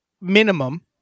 Minimum